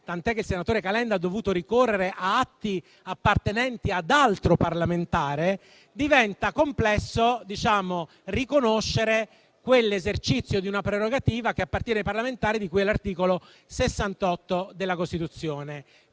(tant'è che ha dovuto ricorrere ad atti appartenenti ad altro parlamentare) - diventa complesso riconoscere l'esercizio di una prerogativa che appartiene ai parlamentari, di cui all'articolo 68 della Costituzione.